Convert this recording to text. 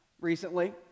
recently